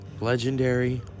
Legendary